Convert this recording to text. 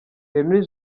henri